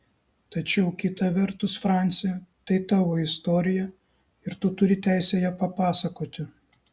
tačiau kita vertus franci tai tavo istorija ir tu turi teisę ją papasakoti